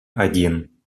один